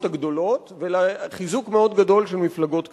הגדולות ולחיזוק מאוד גדול של מפלגות קטנות.